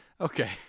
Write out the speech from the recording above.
Okay